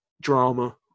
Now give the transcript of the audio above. drama